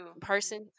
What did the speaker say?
person